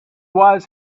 was